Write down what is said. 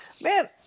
man